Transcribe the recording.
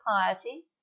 piety